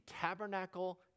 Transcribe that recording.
tabernacle